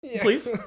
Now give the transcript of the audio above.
please